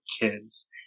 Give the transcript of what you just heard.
kids